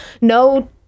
no